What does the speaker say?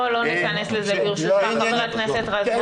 לא, בוא לא ניכנס לזה, ברשותך, חבר הכנסת רזבוזוב.